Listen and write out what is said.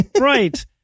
right